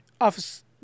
Office